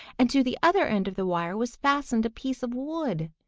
and to the other end of the wire was fastened a piece of wood,